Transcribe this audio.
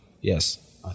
yes